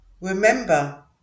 Remember